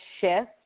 shift